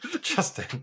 justin